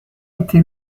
été